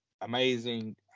amazing